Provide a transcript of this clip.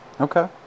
Okay